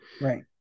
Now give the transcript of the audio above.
Right